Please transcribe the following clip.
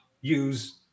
use